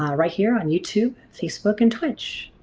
ah right here on youtube, facebook and twitch.